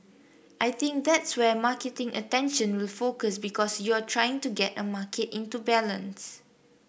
I think that's where marketing attention will focus because you're trying to get a market into balance